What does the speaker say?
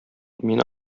мин